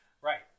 Right